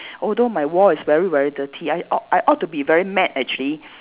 although my wall is very very dirty I ought I ought to be very mad actually